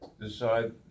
Decide